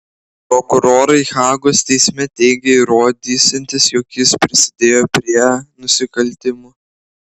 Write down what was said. prokurorai hagos teisme teigė įrodysiantys jog jis prisidėjo prie nusikaltimų